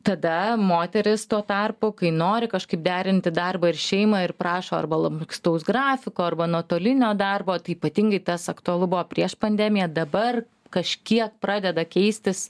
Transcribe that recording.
tada moterys tuo tarpu kai nori kažkaip derinti darbą ir šeimą ir prašo arba lankstaus grafiko arba nuotolinio darbo tai ypatingai tas aktualu buvo prieš pandemiją dabar kažkiek pradeda keistis